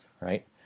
right